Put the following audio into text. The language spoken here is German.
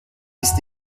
ist